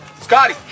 Scotty